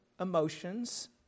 emotions